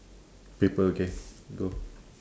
paper okay go